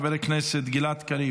חבר הכנסת גלעד קריב,